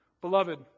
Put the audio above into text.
Beloved